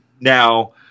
Now